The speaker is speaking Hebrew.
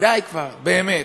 די כבר, באמת.